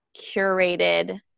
curated